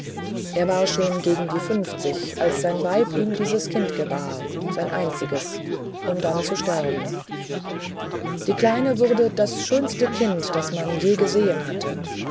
er war schon gegen die fünfzig als sein weib ihm dies kind gebar sein einziges um dann zu sterben die kleine wurde das schönste kind daß man je gesehen hatte